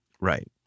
right